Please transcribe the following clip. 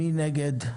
מי נגד?